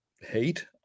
hate